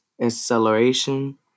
acceleration